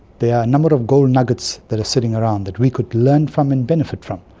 there are a number of gold nuggets that are sitting around that we could learn from and benefit from.